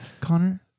Connor